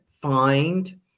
find